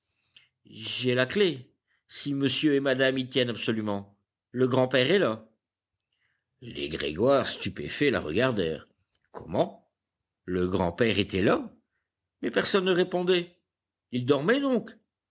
j'ai la clef si monsieur et madame y tiennent absolument le grand-père est là les grégoire stupéfaits la regardèrent comment le grand-père était là mais personne ne répondait il dormait donc